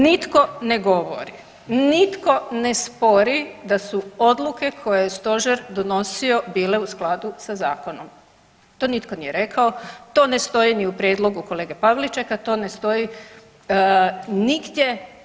Nitko ne govori, nitko ne spori da su odluke koje je stožer donosio bile u skladu sa zakonom, to nitko ne rijeko, to ne stoji ni u prijedlogu kolege Pavličeka, to ne stoji nigdje.